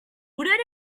would